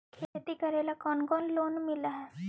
खेती करेला कौन कौन लोन मिल हइ?